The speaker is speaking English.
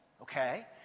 Okay